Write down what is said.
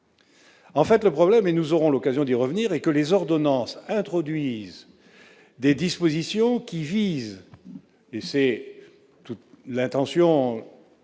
En fait, le problème, sur lequel nous aurons l'occasion de revenir, est que les ordonnances introduisent des dispositions qui visent- l'intention